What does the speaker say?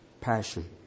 passion